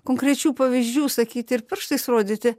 konkrečių pavyzdžių sakyti ir pirštais rodyti